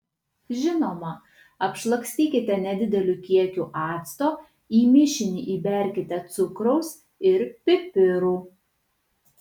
žinoma apšlakstykite nedideliu kiekiu acto į mišinį įberkite cukraus ir pipirų